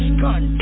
gun